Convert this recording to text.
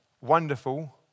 wonderful